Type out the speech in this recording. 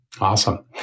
Awesome